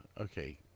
okay